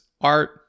art